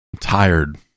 tired